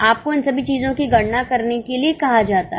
आपको इन सभी चीजों की गणना करने के लिए कहा जाता है